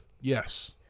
Yes